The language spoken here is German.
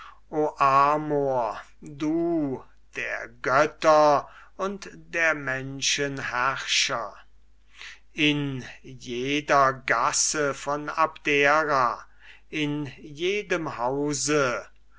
amor du der götter und der menschen herrscher in jeder gasse von abdera in jedem hause